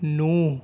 نوح